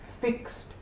Fixed